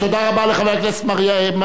תודה רבה לחבר הכנסת מרציאנו.